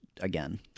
again